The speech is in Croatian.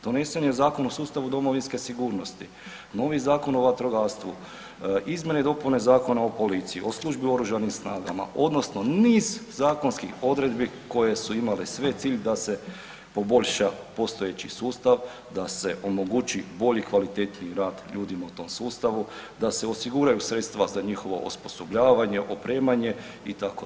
Donesen je Zakon o sustavu domovinske sigurnosti, novi Zakon o vatrogastvu, Izmjene i dopune Zakona o policiji, o službi u oružanim snagama odnosno niz zakonskih odredbi koje su imale sve cilj da se poboljša postojeći sustav, da se omogući bolji, kvalitetniji rad ljudima u tom sustavu, da se osiguraju sredstva za njihovo osposobljavanje, opremanje itd.